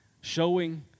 showing